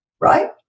right